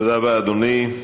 תודה רבה, אדוני.